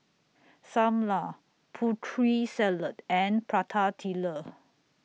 SAM Lau Putri Salad and Prata Telur